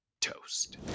Toast